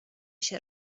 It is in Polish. się